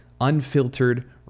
unfiltered